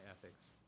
ethics